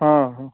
हा हं